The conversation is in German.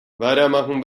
weitermachen